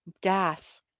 gas